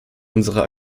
unserer